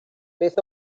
beth